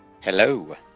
Hello